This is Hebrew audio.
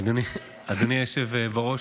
אדוני היושב-ראש,